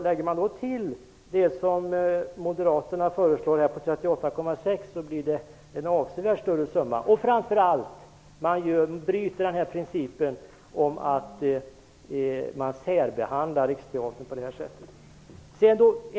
Lägger man då till det som Moderaterna föreslår på 38,6 miljoner blir det en avsevärt större summa. Framför allt bryter man principen genom att särbehandla Riksteatern på det här sättet.